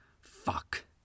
Fuck